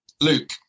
Luke